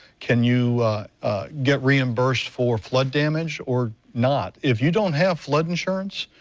can you get reimbursed for flood damage? or not? if you don't have flood insurance,